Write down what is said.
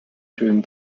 during